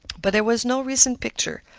but there was no recent picture,